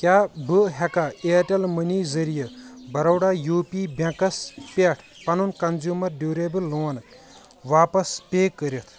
کیٛاہ بہٕ ہیٚکا ایَرٹیٚل مٔنی ذٔریعہٕ بَروڈا یوٗ پی بیٚنٛکس پیٚٹھ پَنُن کنٛزیٛوٗمر ڈیٛوٗریبٕل لون واپس پے کٔرِتھ